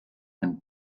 and